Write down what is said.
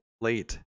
late